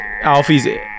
Alfie's –